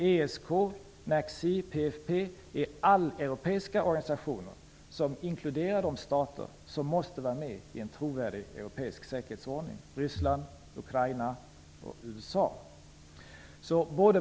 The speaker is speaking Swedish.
ESK, NACC och PFF är alleuropeiska organisationer som inkluderar de stater -- Ryssland, Ukraina och USA -- som måste vara med i en trovärdig europeisk säkerhetsordning.